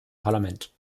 parlament